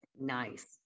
Nice